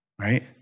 Right